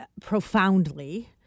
profoundly